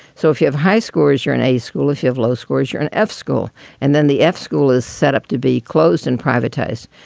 so if you have high scores you're in a school. if you have low scores, you're an f school and then the f school is set up to be closed and privatized.